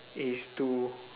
is to